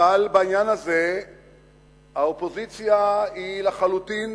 אבל בעניין הזה האופוזיציה היא לחלוטין,